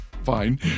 fine